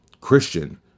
christian